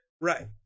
Right